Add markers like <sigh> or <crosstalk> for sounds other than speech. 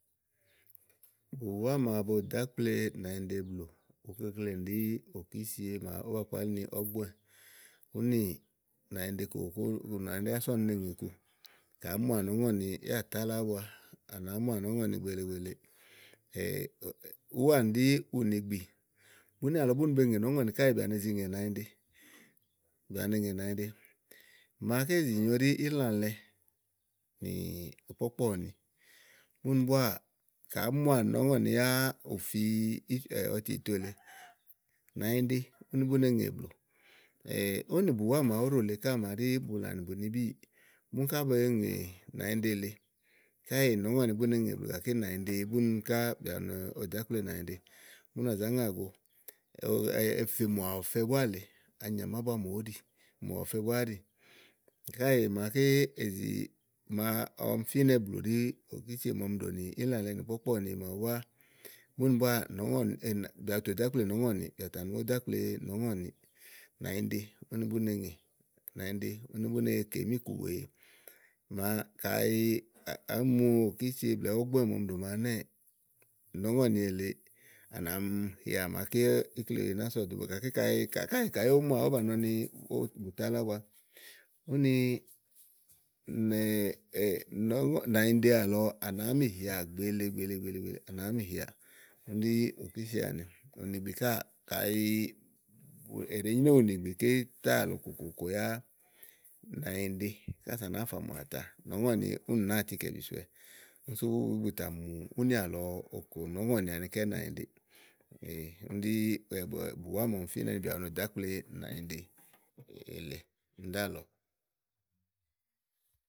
bùwá màa bo dò ákple nànyiɖe blù ukleklenì ɖí ókísie màaké ówó ba kpalí ni ɔ̀gbúɛ, úni nànyiɖe kòkòkò ú no nànyiɖe ása úne ŋè iku ka àá muà nɔ̀ɔ́ŋɔ̀nì yá àtálɔ ábua à nàá muà nɔ̀ɔ́ŋɔ̀nì gbèede gbèeleè <hesitation> úwaanì ɖí ùnìgbì únì àlɔ búni be ŋè nɔ̀ɔ́ŋɔ̀ni káèè bìà be zi ŋè nànyiɖe bìà ne ŋè nànyiɖe màaké zì nyo ɖí ílàlɛ nì kpɔkpɔ́ɔ̀ni búni búáà ka àá muà nɔ̀ɔ́ŋɔ̀ni yá ù fi ɔtiìto lèe nànyiɖe úni bú no eŋè blù <hesitation> ówò nìbùwá màa óɖò lèe màaɖi bùlã nì bùnibíì búni ká be ŋè nànyiɖe lèe káèè nɔ̀ɔ́ŋɔ ni bú ŋè blù, gàké nànyiɖe búni ká bodò ákple nànyiɖe, bú nà zá ŋàgo o, efè mò ɔ̀fɛ búá lèe anyàmà ábua mò óɖí mò ɔ̀fɛ búá áɖì. Káèè màaké èzì màa ɔmi fínɛ̀ blù úni ɖí òkísie màa ɔmi ɖòni ílàlɛ nì kpɔ̀kpɔ́ɔ̀ni màawu búá búni búáà nɔ̀ɔ́ŋɔ̀ni bìà bù tò dò akple nɔ̀ɔ́ŋɔ́niì bìà bù tà nù ódo ákple nɔ̀ɔ́ŋɔ̀niì, nànyiɖe úni bú ne ŋè nànyiɖe úni bú ne kè míìku wèe màa kàyi àá mu òkísie blɛ̀ɛ ɔ́gbúɛ màa ɔmi ɖo màawu ɛnɛ́ɛ nɔ̀ɔ́ŋɔ̀ni èle ànà mi hià màaké ikle ná sɔ̀do gàké kayi kayi káèè kayi ówò òó muà ówò ba nɔ ni ówò tàálɔ ábua úni ìnɛ, nányiɖe àlɔɔ ànàáa mi hìà gbèele gbèele gbèele gbèeleè à nàáá mi hìàà. úni ɖí òkìsie àni ùnìgbì káà kàyi è ɖèe nyréwu úni gbìké náàlɔ kòkòkò yá nànyiɖe kása à nàáa fà mùà ta nɔ̀ɔ́ŋɔ̀ni úni nàáa tikɛ̀ bìsowɛ. úni sú bù tà mù úni àlɔ okò nɔ̀ɔ́ŋɔ̀ni anikɛ́ nànyiɖeè úni ɖí bùwá màa ɔmi finɛ́ ni bìà bo dò ákple nànyiɖe lèe úni ɖálɔ̀ɔ.